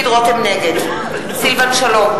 נגד סילבן שלום,